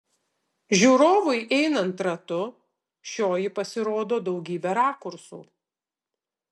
žiūrovui einant ratu šioji pasirodo daugybe rakursų